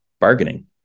bargaining